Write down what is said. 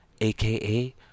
AKA